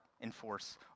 enforce